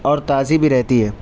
اور تازی بھی رہتی ہے